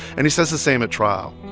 and he says the same at trial.